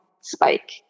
spike